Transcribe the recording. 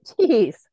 Jeez